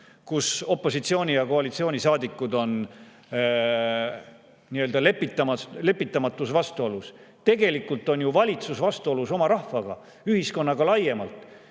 kus opositsiooni- ja koalitsioonisaadikud on lepitamatus vastuolus. Tegelikult on valitsus vastuolus oma rahvaga, ühiskonnaga laiemalt.